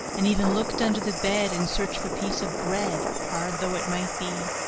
and even looked under the bed in search of a piece of bread, hard though it might be,